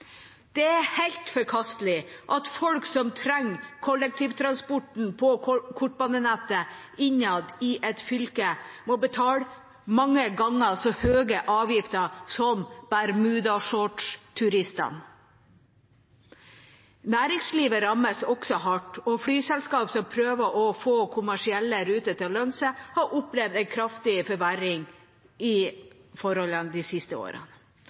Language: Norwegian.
Det er helt forkastelig at folk som trenger kollektivtransporten på kortbanenettet innad i et fylke, må betale mange ganger så høye avgifter som bermudashortsturistene. Næringslivet rammes også hardt, og flyselskapene, som prøver å få kommersielle ruter til å lønne seg, har opplevd en kraftig forverring i forholdene de siste årene.